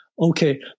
okay